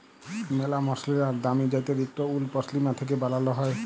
ম্যালা মসরিল আর দামি জ্যাত্যের ইকট উল পশমিলা থ্যাকে বালাল হ্যয়